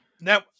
Now